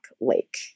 Lake